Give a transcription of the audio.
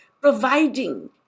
providing